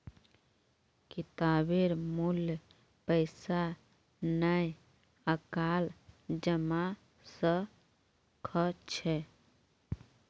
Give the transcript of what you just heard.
किताबेर मूल्य पैसा नइ आंकाल जबा स ख छ